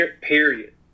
Period